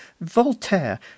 voltaire